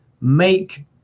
make